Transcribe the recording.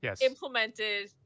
implemented